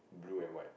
blue and white